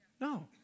No